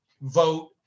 vote